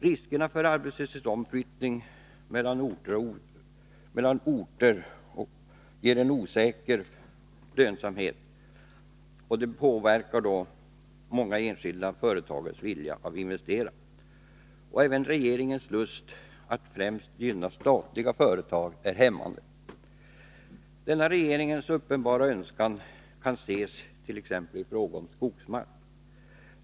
Riskerna för arbetslöshetsomflyttning mellan orter ger en osäker lönsamhet, och det påverkar många enskilda företagares vilja att investera. Även regeringens lust att främst gynna statliga företag är hämmande. Denna regeringens uppenbara önskan kan skönjas t.ex. i fråga om skogsmark.